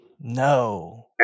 No